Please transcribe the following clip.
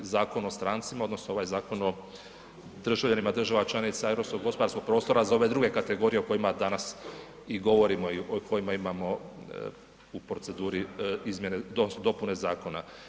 Zakon o strancima odnosno ovaj Zakon o državljanima država članica Europskog gospodarskog prostora za ove druge kategorije o kojima danas i govorimo i o kojima imamo u proceduri izmjene, dopune zakona.